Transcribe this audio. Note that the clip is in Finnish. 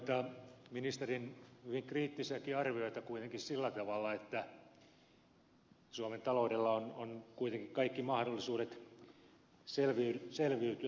luen ministerin hyvin kriittisiäkin arvioita kuitenkin sillä tavalla että suomen taloudella on kuitenkin kaikki mahdollisuudet selviytyä